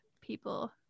people